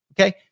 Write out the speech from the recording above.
Okay